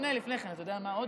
רגע, לפני כן, אתה יודע מה עוד?